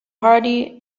hardy